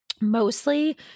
mostly